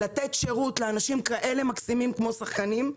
לתת שירות לאנשים כאלה מקסימים כמו שחקנים,